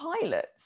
pilots